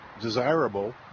desirable